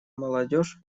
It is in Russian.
молодежь